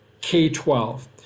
K-12